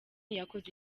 yakoze